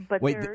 Wait